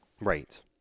Right